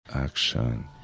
Action